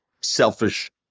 selfish